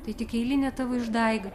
tai tik eilinė tavo išdaiga